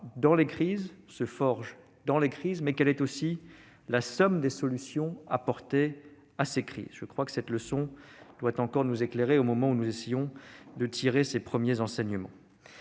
:« L'Europe se fera dans les crises et elle sera la somme des solutions apportées à ces crises. » Je crois que cette leçon doit encore nous éclairer, au moment où nous essayons de tirer les premiers enseignements